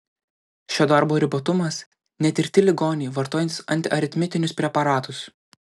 šio darbo ribotumas netirti ligoniai vartojantys antiaritminius preparatus